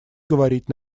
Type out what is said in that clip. говорить